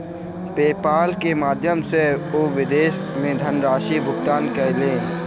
PayPal के माध्यम सॅ ओ विदेश मे धनराशि भुगतान कयलैन